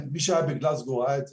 מי שהיה בגלזגו ראה את זה.